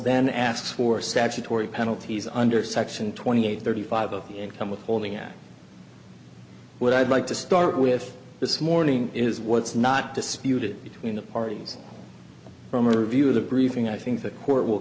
then asks for statutory penalties under section twenty eight thirty five of income withholding act what i'd like to start with this morning is what's not disputed between the parties from a review of the briefing i think the court will